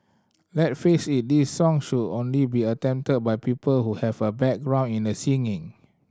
let face it this song should only be attempted by people who have a background in the singing